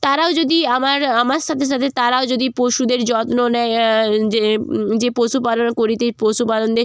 তারাও যদি আমার আমার সাথে সাথে তারাও যদি পশুদের যত্ন নেয় যে যে পশুপালন করি তো পশুপালনে